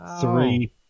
three